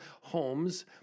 homes